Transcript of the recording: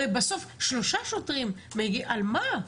הרי בסוף שלושה שוטרים מגיעים, על מה?